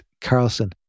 Carlson